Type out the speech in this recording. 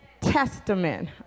testament